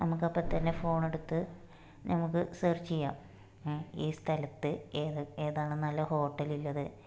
നമുക്ക് അപ്പം തന്നെ ഫോൺ എടുത്ത് നമുക്ക് സെര്ച്ച് ചെയ്യാം ഏ ഈ സ്ഥലത്ത് ഏതൊക്കെ ഏതാണ് നല്ല ഹോട്ടൽ ഉള്ളത്